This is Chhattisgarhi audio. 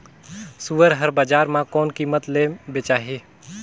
सुअर हर बजार मां कोन कीमत ले बेचाही?